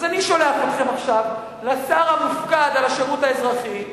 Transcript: אז אני שולח אתכם עכשיו לשר המופקד על השירות האזרחי,